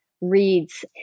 reads